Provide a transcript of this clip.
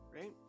Right